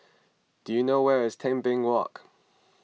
do you know where is Tebing Walk